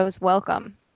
welcome